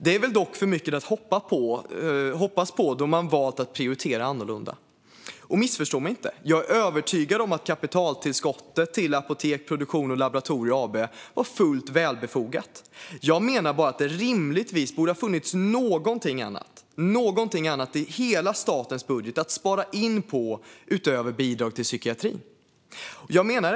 Det är väl dock för mycket att hoppas på, då man har valt att prioritera annorlunda. Missförstå mig inte - jag är övertygad om att kapitaltillskottet till Apotek Produktion & Laboratorier AB var fullt befogat. Jag menar bara att det rimligtvis borde ha funnits någonting annat i hela statens budget att spara in på än bidrag till psykiatrin.